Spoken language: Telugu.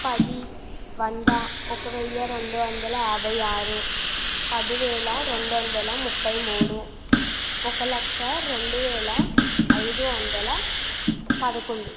పది వంద ఒక వెయ్య రెండు వందల యాభై ఆరు పది వేల రెండు వందల ముప్పై మూడు ఒక లక్ష రెండు వేల ఐదు వందల పదకొండు